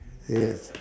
yes